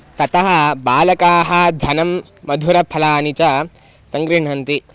ततः बालकाः धनं मधुरफलानि च सङ्गृह्णन्ति